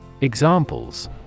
Examples